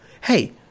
Hey